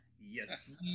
Yes